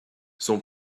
son